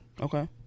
Okay